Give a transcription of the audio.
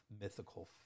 mythical